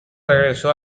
regresó